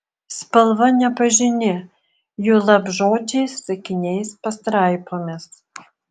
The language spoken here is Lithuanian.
spalva nepažini juolab žodžiais sakiniais pastraipomis